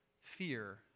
fear